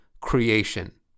creation